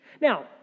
Now